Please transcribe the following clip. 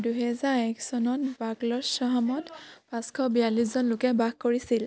দুহেজাৰ এক চনত বাকলছ্হামত পাঁচশ বিয়াল্লিছজন লোকে বাস কৰিছিল